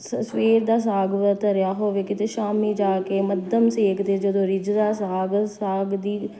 ਸ ਸਵੇਰ ਦਾ ਸਾਗ ਧਰਿਆ ਹੋਵੇ ਕਿਤੇ ਸ਼ਾਮੀ ਜਾ ਕੇ ਮੱਧਮ ਸੇਕ 'ਤੇ ਜਦੋਂ ਰਿੱਝਦਾ ਸਾਗ ਸਾਗ ਦੀ